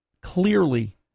clearly